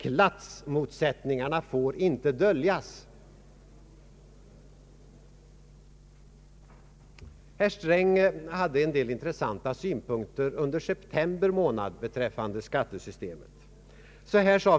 Klassmotsättningarna får inte döljas.” Herr Sträng hade en del intressanta synpunkter under september månad beträffande skattesystemet.